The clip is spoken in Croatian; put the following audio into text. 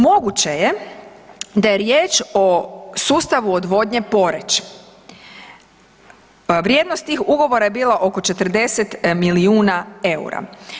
Moguće je da je riječ o sustavu odvodnje Poreč, vrijednost tih ugovora je bila oko 40 milijuna eura.